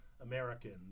American